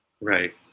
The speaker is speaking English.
Right